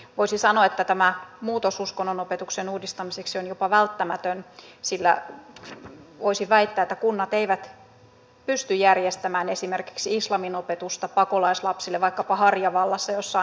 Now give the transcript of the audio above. voisi sanoa että tämä muutos uskonnonopetuksen uudistamiseksi on jopa välttämätön sillä voisin väittää että kunnat eivät pysty järjestämään esimerkiksi islamin opetusta pakolaislapsille vaikkapa harjavallassa jossa on iso pakolaiskeskus